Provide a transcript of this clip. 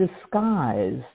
disguised